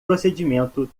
procedimento